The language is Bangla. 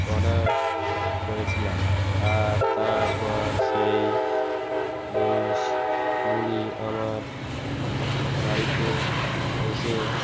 অর্ডার করেছিলাম আর তারপর সেই জিনিসগুলি আমার বাড়িতে এসে